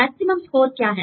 maximum score क्या है